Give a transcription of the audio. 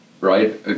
right